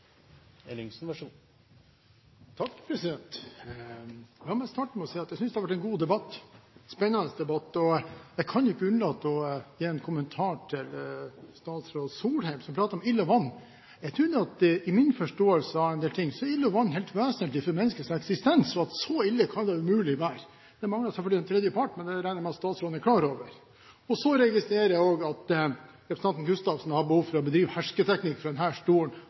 som pratet om ild og vann. I min forståelse av en del ting er ild og vann helt vesentlig for menneskets eksistens, og så ille kan det umulig være. Det manglet selvfølgelig en tredje part, men det regner jeg med at statsråden er klar over. Så registrerer jeg også at representanten Gustavsen har behov for å bedrive hersketeknikk fra denne talerstolen når hun definerer begrepet «anstendighet». Er det en særrettighet som Arbeiderpartiet har? Er det Arbeiderpartiets anstendighet som er den